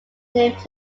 named